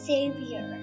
Savior